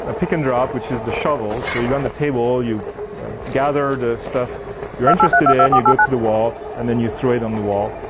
ah pick and drop which is the shovel. so, you're on the table, you gather the stuff you're interested in, and you go to the wall and then you throw it on the wall.